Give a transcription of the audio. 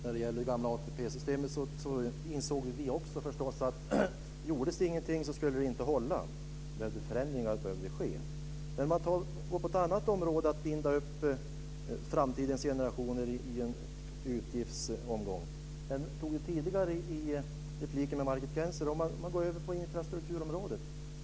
Fru talman! När det gäller det gamla ATP-system insåg förstås vi också att det inte skulle hålla om det inte gjordes någonting. Det behövde ske förändringar. Men man kan gå till ett annat område när det gäller att binda upp framtidens generationer i en utgiftsomgång. Jag tog upp det tidigare i repliker med Margit Gennser. Man kan gå över på infrastrukturområdet.